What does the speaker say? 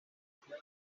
fue